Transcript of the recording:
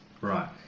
Right